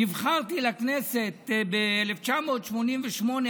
כשאני נבחרתי לכנסת ב-1988,